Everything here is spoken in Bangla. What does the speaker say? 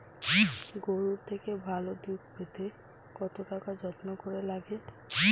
গরুর থেকে ভালো দুধ পেতে কতটা যত্ন করতে লাগে